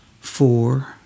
four